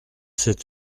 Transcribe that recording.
c’est